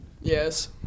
Yes